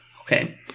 Okay